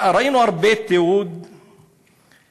ראינו הרבה תיעוד של חיילים,